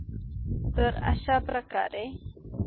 तर हा तुमचा भागाकार q2 आहे